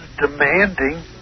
demanding